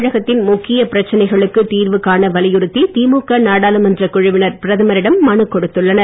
தமிழகத்தின் முக்கியப் பிரச்சனைகளுக்கு தீர்வுகாண வலியுறுத்தி திமுக நாடாளுமன்ற குழுவினர் பிரதமரிடம் மனு கொடுத்துள்ளனர்